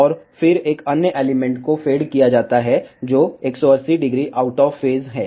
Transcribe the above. और फिर एक अन्य एलिमेंट को फेड किया जाता है जो 1800 आउट ऑफ फेस है